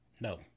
No